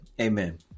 Amen